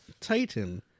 Titan